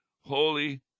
holy